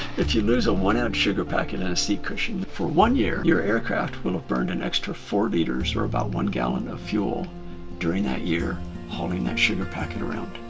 if you lose a one ounce sugar packet in a seat cushion for one year your aircraft will have burned an extra four liters or about one gallon of fuel during that year hauling that sugar packet around.